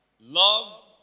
Love